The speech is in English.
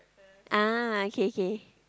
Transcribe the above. ah okay okay